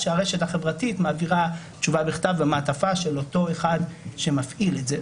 שהרשת החברתית מעבירה תשובה בכתב במעטפה של אותו אחד שמפעיל את זה.